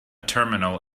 terminal